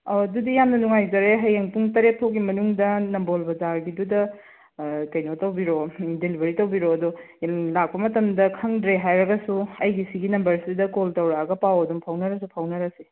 ꯑꯧ ꯑꯗꯨꯗꯤ ꯌꯥꯝꯅ ꯅꯨꯡꯉꯥꯏꯖꯔꯦ ꯍꯌꯦꯡ ꯄꯨꯡ ꯇꯔꯦꯠ ꯐꯥꯎꯕꯒꯤ ꯃꯅꯨꯡꯗ ꯅꯝꯕꯣꯜ ꯕꯖꯥꯔꯒꯤꯗꯨꯗ ꯀꯩꯅꯣ ꯇꯧꯕꯤꯔꯛꯔꯣ ꯗꯦꯂꯤꯚꯔꯤ ꯇꯧꯕꯤꯔꯛꯔꯣ ꯑꯗꯣ ꯂꯥꯛꯄ ꯃꯇꯝꯗ ꯈꯪꯗ꯭ꯔꯦ ꯍꯥꯏꯔꯒꯁꯨ ꯑꯩꯒꯤ ꯁꯤꯒꯤ ꯅꯝꯕꯔꯁꯤꯗ ꯀꯣꯜ ꯇꯧꯔꯛꯂꯒ ꯄꯥꯎ ꯑꯗꯨꯝ ꯐꯥꯎꯅꯔꯁꯨ ꯐꯥꯎꯅꯔꯁꯦ